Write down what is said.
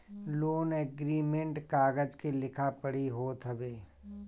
loan agreement कागज के लिखा पढ़ी होत हवे